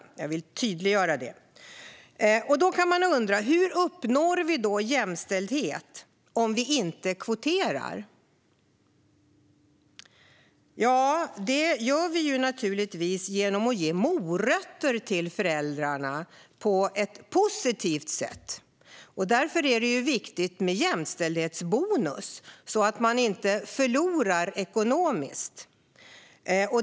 Detta vill jag tydliggöra. Man kan undra hur man uppnår jämställdhet om man inte kvoterar. Det gör vi naturligtvis genom positiva morötter till föräldrarna. Därför är det viktigt med en jämställdhetsbonus så att man inte förlorar något ekonomiskt.